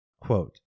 Quote